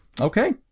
Okay